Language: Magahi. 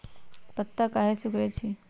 पत्ता काहे सिकुड़े छई?